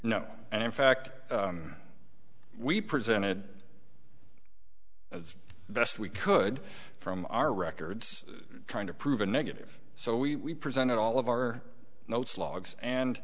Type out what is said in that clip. and in fact we presented as best we could from our records trying to prove a negative so we presented all of our notes logs and